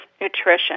nutrition